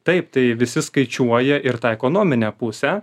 taip tai visi skaičiuoja ir tą ekonominę pusę